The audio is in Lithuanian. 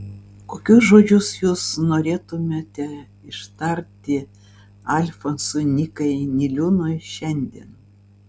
kokius žodžius jūs norėtumėte ištarti alfonsui nykai niliūnui šiandien